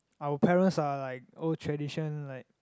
our parents are like old tradition like